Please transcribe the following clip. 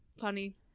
funny